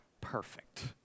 perfect